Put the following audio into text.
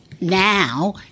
now